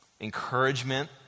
encouragement